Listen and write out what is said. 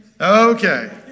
Okay